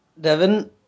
Devin